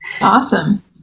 Awesome